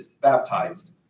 baptized